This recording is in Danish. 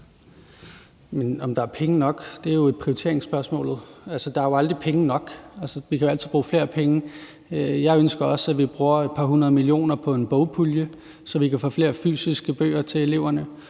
Om der er penge nok, er jo et prioriteringsspørgsmål. Altså, der er jo aldrig penge nok, og vi kan jo altid bruge flere penge. Jeg ønsker også, at vi bruger et par hundrede millioner kroner på en bogpulje, så vi kan få flere fysiske bøger til eleverne,